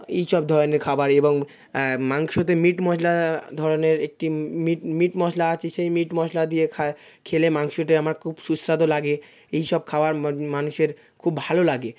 এইসব ধরনের খাবার এবং মাংসতে মীট মশলা ধরনের একটি মীট মীট মশলা আছে সেই মীট মশলা দিয়ে খায় খেলে মাংসটায় আমার খুব সুস্বাদও লাগে এইসব খাবার মানুষের খুব ভালো লাগে